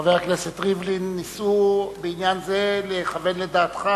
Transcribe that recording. וחבר הכנסת ריבלין, ניסו בעניין זה לכוון לדעתך